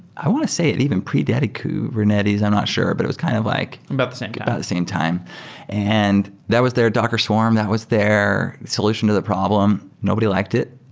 i want to say it even predated kubernetes. i'm not sure. but it was kind of like about the same time about the same time. and that was their docker swarm. that was their solution to the problem. nobody liked it,